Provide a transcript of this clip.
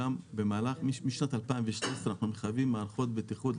משנת 2012 אנחנו מחייבים מערכות בטיחות,